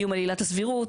איום על עילת הסבירות,